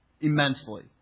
immensely